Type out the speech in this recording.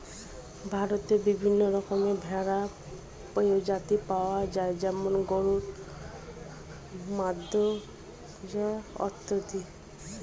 ভারতে বিভিন্ন রকমের ভেড়ার প্রজাতি পাওয়া যায় যেমন গরল, মাদ্রাজ অত্যাদি